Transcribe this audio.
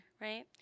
right